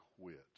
quit